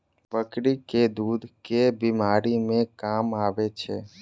बकरी केँ दुध केँ बीमारी मे काम आबै छै?